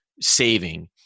saving